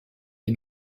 des